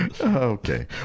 Okay